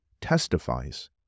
testifies